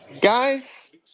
Guys